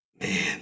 Man